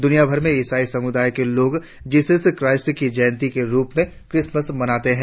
दुनियाभर में इसाई समुदाय के लोग जीसस क्राइस्ट की जयंती के रुप में क्रिसमस मनाते हैं